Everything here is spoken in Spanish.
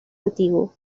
antiguo